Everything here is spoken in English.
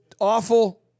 awful